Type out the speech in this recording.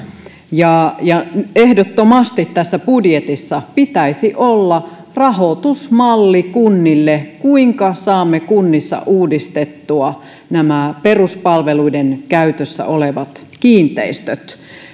ja ja ehdottomasti tässä budjetissa pitäisi olla rahoitusmalli kunnille siitä kuinka saamme kunnissa uudistettua nämä peruspalveluiden käytössä olevat kiinteistöt